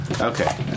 Okay